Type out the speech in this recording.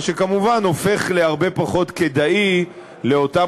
מה שכמובן הופך להרבה פחות כדאי לאותם